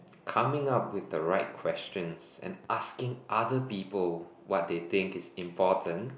coming up with the right questions and asking other people what they think is important